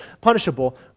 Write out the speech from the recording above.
punishable